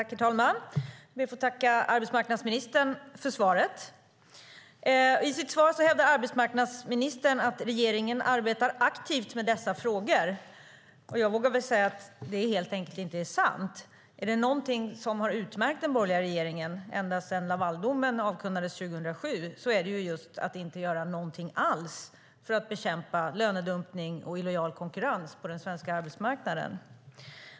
Herr talman! Jag ska be att få tacka arbetsmarknadsministern för svaret. I sitt svar hävdar hon att regeringen arbetar aktivt med dessa frågor. Jag vågar säga att det helt enkelt inte är sant. Om det är någonting som har utmärkt den borgerliga regeringen ända sedan Lavaldomen avkunnades 2007 är det att inte göra någonting alls för att bekämpa lönedumpning och illojal konkurrens på den svenska arbetsmarknaden.